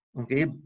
okay